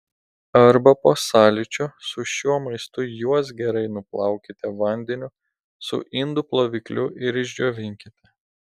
arba po sąlyčio su šiuo maistu juos gerai nuplaukite vandeniu su indų plovikliu ir išdžiovinkite